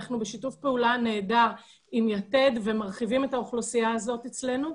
אנחנו בשיתוף פעולה נהדר עם יתד ומרחיבים את האוכלוסייה הזאת אצלנו.